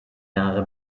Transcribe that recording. jahre